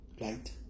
Right